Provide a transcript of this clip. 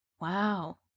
Wow